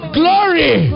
glory